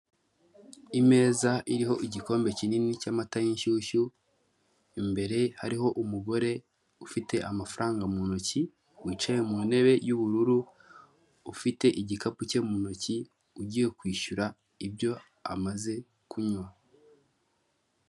Imeza iriho igikombe kinini cy'amata y'inshyushyu, imbere hariho umugore ufite amafaranga mu ntoki, wicaye mu ntebe y'ubururu ufite igikapu cye mu ntoki, ugiye kwishyura ibyo amaze kunywa.